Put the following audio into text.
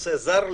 שהנושא זר לי.